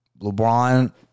LeBron